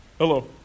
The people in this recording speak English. Hello